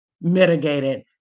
mitigated